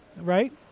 right